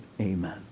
Amen